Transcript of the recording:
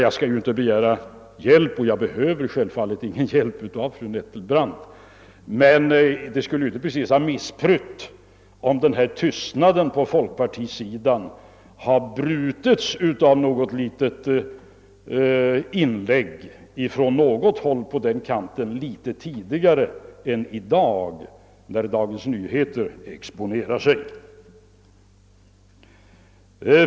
Jag skall inte begära hjälp och jag behöver självfallet ingen hjälp av fru Nettelbrandt, men det skulle inte precis ha missprytt, om denna tystnad på folkpartisidan hade brutits av något litet tillägg från någon på den kanten litet tidigare än i dag, när Dagens Nyheter exponerar sig.